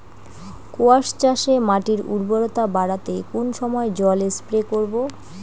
কোয়াস চাষে মাটির উর্বরতা বাড়াতে কোন সময় জল স্প্রে করব?